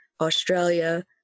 australia